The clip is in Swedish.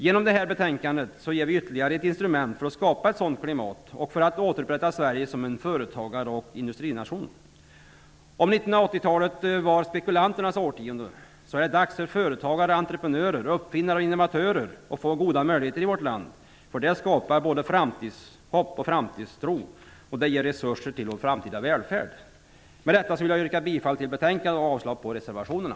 Genom detta betänkande ger vi ytterligare ett instrument för att skapa ett sådant klimat och för att återupprätta Sverige som en företagar och industrination. Om 1980-talet var spekulanternas årtionde, är det nu dags för företagare, entreprenörer, uppfinnare och innovatörer att få goda möjligheter i vårt land. Det skapar både framtidshopp och framtidstro, och det ger resurser till vår framtida välfärd. Med detta vill jag yrka bifall till utskottets hemställan och avslag på reservationerna.